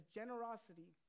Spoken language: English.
generosity